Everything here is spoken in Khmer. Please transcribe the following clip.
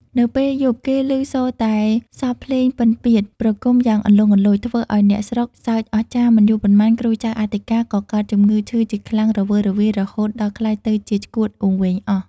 នៅពេល យប់ គេឮសូរតែសព្ទភ្លេងពិណពាទ្យប្រគំយ៉ាងលន្លង់លន្លោច ធ្វើឲ្យអ្នកស្រុកសើចអស្ចារ្យ មិនយូរប៉ុន្មានគ្រូចៅអធិការ ក៏កើតជំងឺឈឺជាខ្លាំងរវើរវាយ រហូតដល់ក្លាយទៅជាឆ្កួតវង្វេងអស់ ។